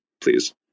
please